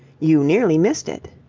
you nearly missed it.